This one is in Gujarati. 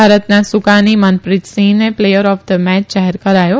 ભારતના સુકાની મનપ્રીત સિંહને પ્લેયર ઓફ ધ મેચ જાહેર કરાયો